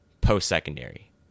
post-secondary